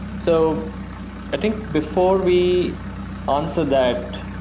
so i think before we answer that,